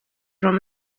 from